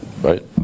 right